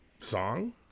song